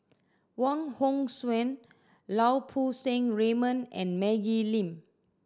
Wong Hong Suen Lau Poo Seng Raymond and Maggie Lim